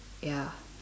ya